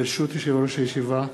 ברשות יושב-ראש הישיבה,